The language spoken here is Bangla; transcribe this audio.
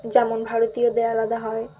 যেমন ভারতীয়দের আলাদা হয়